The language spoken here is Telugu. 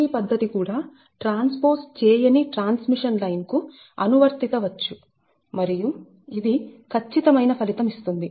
GMD పద్ధతి కూడా ట్రాన్స్పోజ్ చేయని ట్రాన్స్మిషన్ లైన్ కు అనువర్తిత వచ్చు మరియు ఇది కచ్చితమైన ఫలితం ఇస్తుంది